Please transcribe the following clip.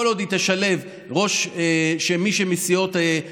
כל עוד היא תשלב את זה שמישהו מהסיעות שתומכות